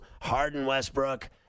Harden-Westbrook